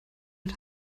mit